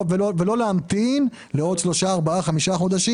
ולא להמתין לעוד שלושה-ארבעה-חמישה חודשים,